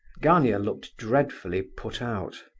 gania looked dreadfully put out,